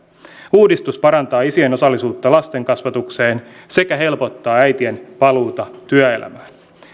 uudistus parantaa isien osallisuutta lasten kasvatukseen sekä helpottaa äitien paluuta työelämään